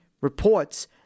reports